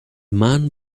man